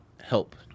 help